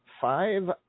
five